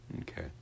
okay